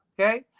Okay